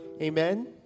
Amen